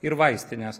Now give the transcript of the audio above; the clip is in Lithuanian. ir vaistines